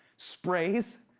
sprays,